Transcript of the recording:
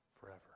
forever